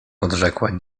odrzekła